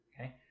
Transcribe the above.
Okay